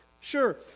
Sure